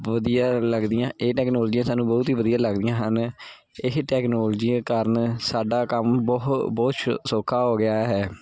ਵਧੀਆ ਲੱਗਦੀਆਂ ਇਹ ਟੈਕਨੋਲਜੀਆਂ ਸਾਨੂੰ ਬਹੁਤ ਹੀ ਵਧੀਆ ਲੱਗਦੀਆਂ ਹਨ ਇਹ ਟੈਕਨੋਲਜੀਆਂ ਕਾਰਨ ਸਾਡਾ ਕੰਮ ਬਹੁਤ ਬਹੁਤ ਸ਼ ਸੌਖਾ ਹੋ ਗਿਆ ਹੈ